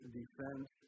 defense